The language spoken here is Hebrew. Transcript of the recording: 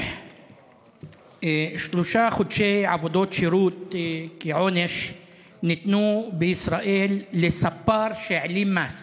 שלושה חודשי עבודות שירות כעונש ניתנו בישראל לספר שהעלים מס